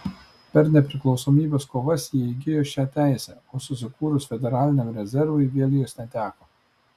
per nepriklausomybės kovas jie įgijo šią teisę o susikūrus federaliniam rezervui vėl jos neteko